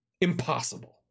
Impossible